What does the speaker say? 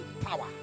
power